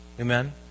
Amen